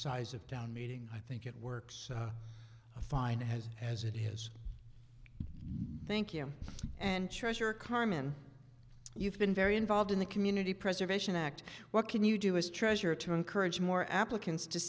size of town meeting i think it works fine has as it has thank you and treasure carmen you've been very involved in the community preservation act what can you do is treasure to encourage more applicants to